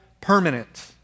permanent